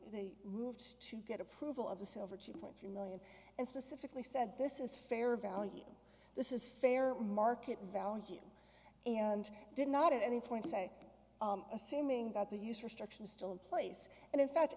they moved to get approval of the silver chief point three million and specifically said this is fair value this is fair market value and did not at any point say assuming that the use restriction is still in place and in fact